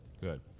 Good